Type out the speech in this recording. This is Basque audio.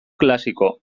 klasiko